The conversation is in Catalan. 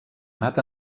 anat